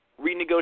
renegotiate